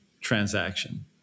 transaction